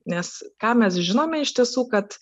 nes ką mes žinome iš tiesų kad